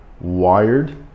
wired